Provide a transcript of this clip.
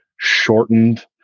shortened